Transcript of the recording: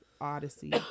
Odyssey